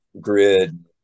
grid